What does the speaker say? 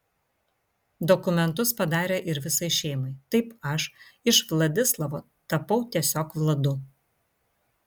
dokumentus padarė ir visai šeimai taip aš iš vladislavo tapau tiesiog vladu